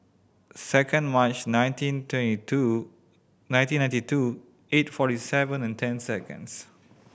second March nineteen twenty two nineteen ninety two eight forty seven and ten seconds